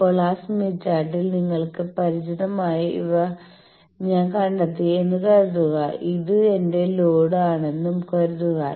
ഇപ്പോൾ ആ സ്മിത്ത് ചാർട്ടിൽ നിങ്ങൾക്ക് പരിചിതമായ ഇവ ഞാൻ കണ്ടെത്തി എന്ന് കരുതുക ഇത് എന്റെ ലോഡ് ആണെന്നും കരുതുക